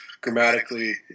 grammatically